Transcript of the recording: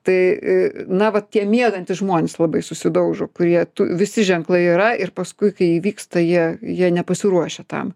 tai na va tie miegantys žmonės labai susidaužo kurie tų visi ženklai yra ir paskui kai įvyksta jie jie nepasiruošę tam